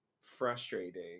frustrating